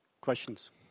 Questions